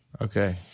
Okay